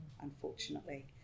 unfortunately